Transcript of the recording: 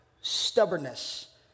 stubbornness